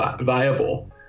viable